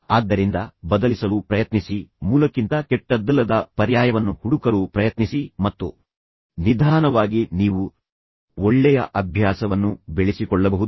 ಆದ್ದರಿಂದ ಬದಲಿಸಲು ಪ್ರಯತ್ನಿಸಿ ಮೂಲಕ್ಕಿಂತ ಕೆಟ್ಟದ್ದಲ್ಲದ ಪರ್ಯಾಯವನ್ನು ಹುಡುಕಲು ಪ್ರಯತ್ನಿಸಿ ಮತ್ತು ನಿಧಾನವಾಗಿ ನೀವು ಒಳ್ಳೆಯ ಅಭ್ಯಾಸವನ್ನು ಬೆಳೆಸಿಕೊಳ್ಳಬಹುದು